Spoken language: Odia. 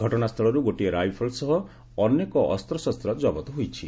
ଘଟଣାସ୍ଥଳରୁ ଗୋଟିଏ ରାଇଫଲ ସହ ଅନେକ ଅସ୍ତ୍ରଶସ୍ତ ଜବତ ହୋଇଛି